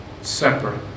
Separate